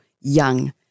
young